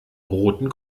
roten